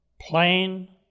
plain